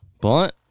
blunt